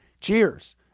Cheers